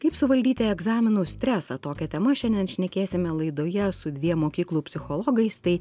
kaip suvaldyti egzaminų stresą tokia tema šiandien šnekėsime laidoje su dviem mokyklų psichologais tai